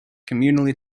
communally